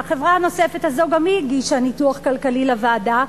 והחברה הנוספת גם היא הגישה ניתוח כלכלי לוועדה.